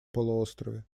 полуострове